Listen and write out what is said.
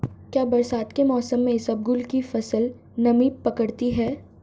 क्या बरसात के मौसम में इसबगोल की फसल नमी पकड़ती है?